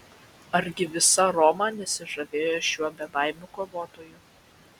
argi visa roma nesižavėjo šiuo bebaimiu kovotoju